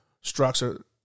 structure